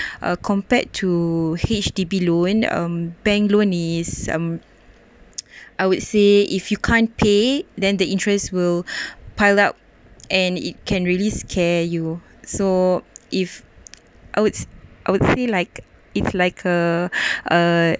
uh compared to H_D_B loan um bank loan is uh I would say if you can't pay then the interest will pile up and it can really scare you so if I would say I would say like it's like a uh uh